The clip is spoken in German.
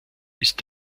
ist